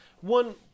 one